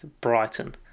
Brighton